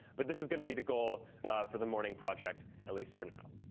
but this is going to be the goal for the morning project, at least for now.